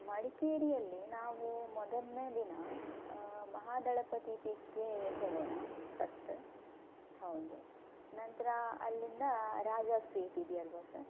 ಮಡಿಕೇರಿಯಲ್ಲಿ ನಾವು ಮೊದಲನೇ ದಿನ ಮಹಾದಳಪತಿ ಪೀಕ್ಗೆ ಹೋಗೋಣ ಫಸ್ಟ ಹೌದು ನಂತರ ಅಲ್ಲಿಂದ ರಾಜಾ ಸೀಟ್ ಇದೆಯಲ್ವಾ ಸರ್